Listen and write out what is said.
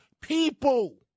people